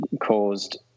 caused